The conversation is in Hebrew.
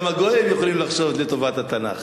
גם הגויים יכולים לחשוד לטובת התנ"ך.